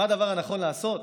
מה הדבר הנכון לעשות?